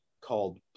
called